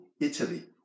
Italy